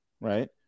Right